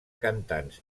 cantants